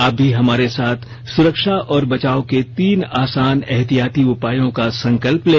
आप भी हमारे साथ सुरक्षा और बचाव के तीन आसान एहतियाती उपायों का संकल्प लें